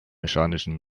mechanischen